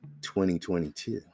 2022